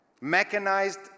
Mechanized